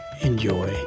enjoy